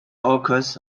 occurs